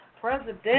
president